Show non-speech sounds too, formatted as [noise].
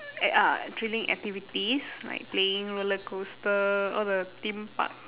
[noise] eh uh thrilling activities like playing rollercoaster all the theme park